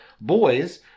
boys